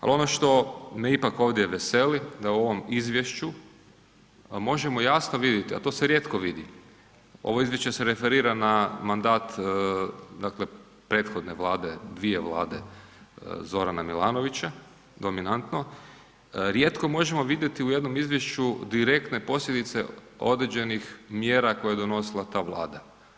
Ali ono što me ipak ovdje veseli da u ovom izvješću možemo jasno vidjet, a to se rijetko vidi, ovo izvješće se referira na mandat prethodne vlade, dvije vlade Zorana Milanovića dominantno, rijetko možemo vidjeti u jednom izvješću direktne posljedice određenih mjera koje je donosila ta vlada.